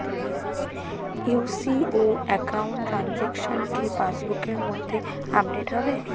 UCO account transaction কি পাস বুকের মধ্যে আপডেট হবে?